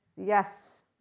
yes